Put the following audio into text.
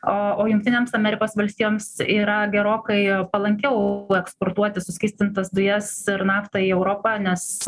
o o jungtinėms amerikos valstijoms yra gerokai palankiau eksportuoti suskystintas dujas ir naftą į europą nes